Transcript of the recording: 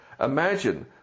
Imagine